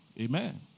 Amen